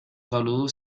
saludo